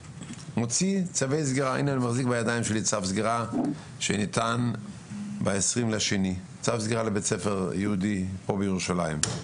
אני מחזיק בידיים שלי צו סגירה שניתן ב-20.2 לבית ספר יהודי בירושלים.